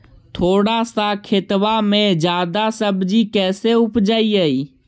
थोड़ा सा खेतबा में जादा सब्ज़ी कैसे उपजाई?